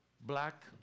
Black